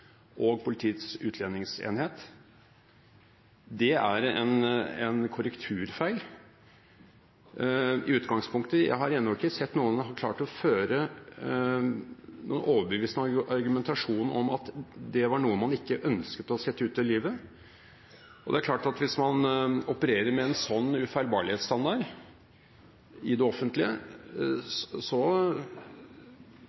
og Politiets utlendingsenhet – det er en korrekturfeil i utgangspunktet. Jeg har ennå ikke sett at noen har klart å føre en overbevisende argumentasjon om at det var noe man ikke ønsket å sette ut i livet. Det er klart at hvis man opererte med en sånn ufeilbarlighetsstandard i det offentlige,